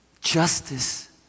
Justice